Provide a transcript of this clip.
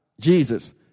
Jesus